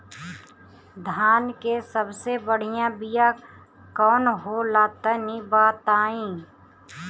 धान के सबसे बढ़िया बिया कौन हो ला तनि बाताई?